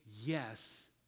yes